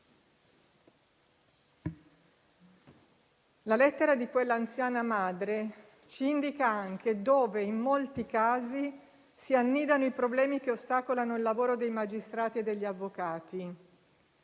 La lettera di quell'anziana madre ci indica dove in molti casi si annidano i problemi che ostacolano il lavoro di magistrati e avvocati.